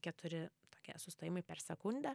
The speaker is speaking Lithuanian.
keturi tokie sustojimai per sekundę